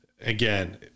again